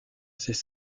ses